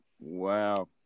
Wow